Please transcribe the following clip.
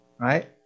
right